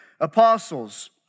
apostles